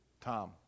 Tom